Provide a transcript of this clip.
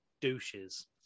douches